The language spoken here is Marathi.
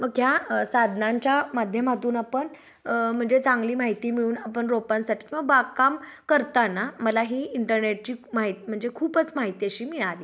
मग ह्या साधनांच्या माध्यमातून आपण म्हणजे चांगली माहिती मिळून आपण रोपांसाठी किंवा बागकाम करताना मला ही इंटरनेटची माहि म्हणजे खूपच माहिती अशी मिळाली